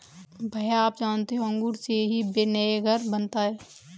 भैया आप जानते हैं अंगूर से ही विनेगर बनता है